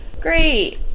great